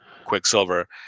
quicksilver